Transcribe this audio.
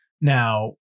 now